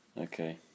Okay